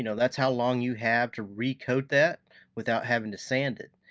you know that's how long you have to re-coat that without having to sand it.